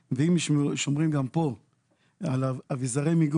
אם שומרים על כללי הבטיחות ואם שומרים גם פה על אביזרי המיגון